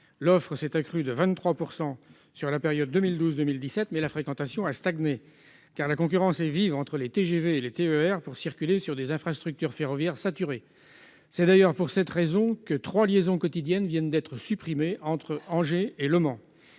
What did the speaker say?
L'offre s'est accrue de 23 % sur la période 2012-2017, mais la fréquentation a stagné, car la concurrence est vive entre les TGV et les TER pour circuler sur des infrastructures ferroviaires saturées. C'est d'ailleurs pour cette raison que trois liaisons quotidiennes viennent d'être supprimées entre Angers et Le Mans.